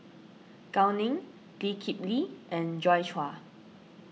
Gao Ning Lee Kip Lee and Joi Chua